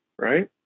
right